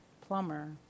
plumber